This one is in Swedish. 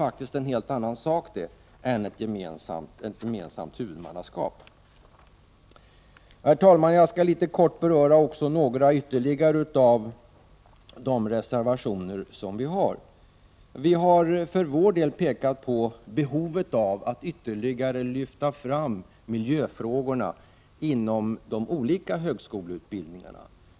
Men det är en helt annan sak än ett gemensamt huvudmannaskap. Herr talman! Jag skall kort beröra ytterligare några reservationer. Vi har i centerpartiet pekat på behovet av att ytterligare lyfta fram miljöfrågorna inom de olika högskoleutbildningarna.